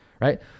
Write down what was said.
right